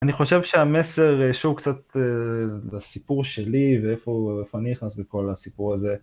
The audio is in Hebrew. אני חושב שהמסר שוב קצת לסיפור שלי ואיפה איפה אני נכנס לכל הסיפור הזה.